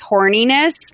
horniness